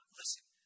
listen